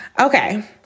Okay